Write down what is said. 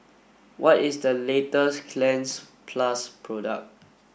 what is the latest Cleanz plus product